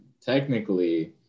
technically